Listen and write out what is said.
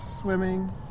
swimming